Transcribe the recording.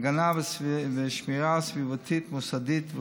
הגנה ושמירה סביבתית מוסדית,